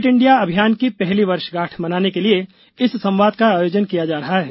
fit India अभियान की पहली वर्षगांठ मनाने के लिए इस संवाद का आयोजन किया जा रहा है